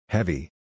Heavy